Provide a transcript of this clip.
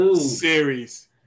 series